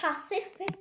Pacific